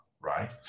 right